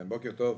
בוקר טוב.